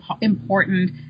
important